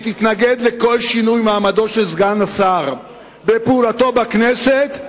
תתנגד לכל שינוי במעמדו של סגן השר בפעולתו בכנסת,